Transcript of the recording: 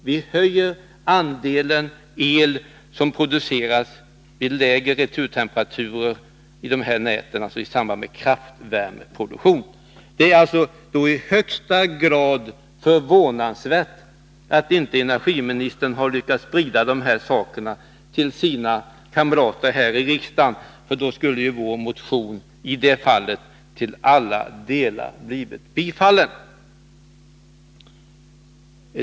Man höjer andelen el som produceras vid lägre returtemperaturer i de här näten i samband med kraftvärmeproduktion. Det är då i högsta grad förvånansvärt att energiministern inte har lyckats sprida information om detta till sina kamrater här i riksdagen — då skulle ju vår motion i det fallet ha blivit bifallen till alla delar.